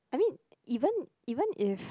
I mean even even if